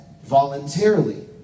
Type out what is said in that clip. voluntarily